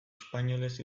espainolez